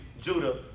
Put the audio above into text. Judah